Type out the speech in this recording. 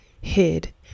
hid